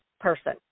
person